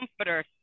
comforter